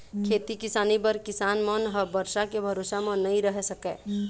खेती किसानी बर किसान मन ह बरसा के भरोसा म नइ रह सकय